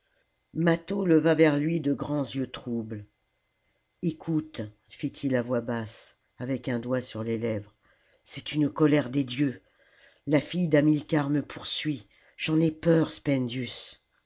mâtho leva vers lui de grands jeux troubles ecoute fit-il à voix basse avec un doigt sur les lèvres c'est une colère des dieux la fille d'hamilcar me poursuit j'en ai peur spendius